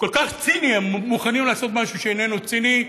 ציני הם מוכנים לעשות משהו שאיננו ציני.